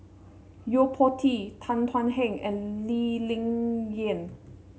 Yo Po Tee Tan Thuan Heng and Lee Ling Yen